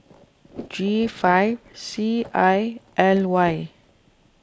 G five C I L Y